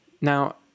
Now